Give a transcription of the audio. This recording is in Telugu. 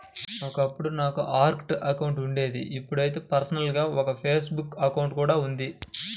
ఒకప్పుడు నాకు ఆర్కుట్ అకౌంట్ ఉండేది ఇప్పుడైతే పర్సనల్ గా ఒక ఫేస్ బుక్ అకౌంట్ కూడా ఉంది